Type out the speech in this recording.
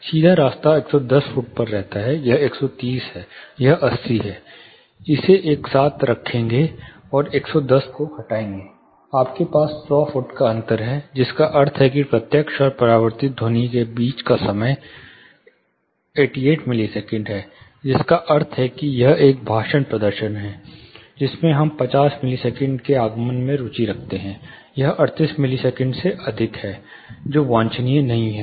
सीधा रास्ता 110 फुट पर रहता है यह 130 है यह 80 है इसे एक साथ रखेंगे और 110 को हटाएंगे आपके पास सौ फुट का अंतर है जिसका अर्थ है कि प्रत्यक्ष और परावर्तित ध्वनि के बीच का समय 88 मिलीसेकंड है जिसका अर्थ है कि यह एक भाषण प्रदर्शन है जिसमें हम 50 मिलीसेकंड के आगमन में रुचि रखते हैं यह 38 मिलीसेकंड से अधिक है जो वांछनीय नहीं है